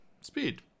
Speed